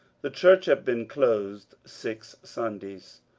the church had been closed six sundays.